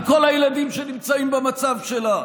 על כל הילדים שנמצאים במצב שלה.